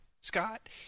scott